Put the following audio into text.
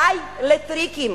די לטריקים.